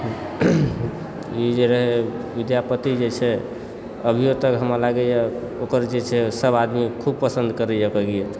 ई जे रहै विद्यापति जे छै अभियो तक हमरा लागै यऽ ओकर जे छै सभ आदमी खूब पसन्द करैए ओकर गीत